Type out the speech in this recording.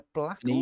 black